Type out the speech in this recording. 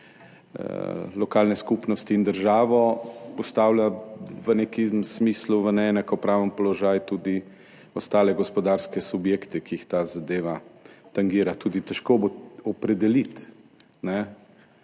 lokalne skupnosti in državo postavlja v nekem smislu v neenakopraven položaj tudi ostale gospodarske subjekte, ki jih ta zadeva tangira. Težko bo tudi opredeliti,